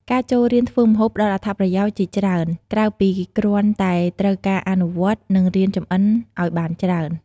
ការចូលរៀនធ្វើម្ហូបផ្ដល់អត្ថប្រយោជន៍ជាច្រើន ក្រៅពីគ្រាន់តែត្រូវការអនុវត្ត និងរៀនចម្អិនអោយបានច្រើន ។